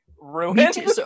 ruined